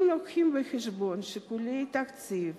אם מביאים בחשבון שיקולי תקציב,